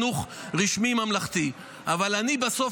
אבל צריך להבין, החינוך הממלכתי-חרדי